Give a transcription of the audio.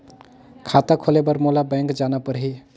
खाता खोले बर मोला बैंक जाना परही?